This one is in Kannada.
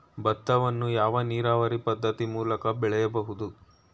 ಭತ್ತವನ್ನು ಯಾವ ನೀರಾವರಿ ಪದ್ಧತಿ ಮೂಲಕ ಬೆಳೆಯಬಹುದು?